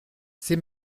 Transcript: c’est